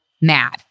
mad